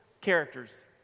characters